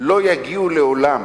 לא יגיעו לעולם